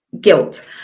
Guilt